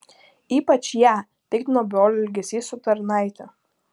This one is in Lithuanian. ypač ją piktino brolio elgesys su tarnaite